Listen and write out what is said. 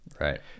right